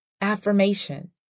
affirmation